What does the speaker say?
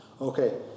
Okay